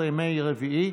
11 ימי רביעי,